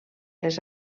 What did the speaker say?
les